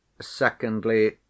secondly